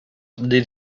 did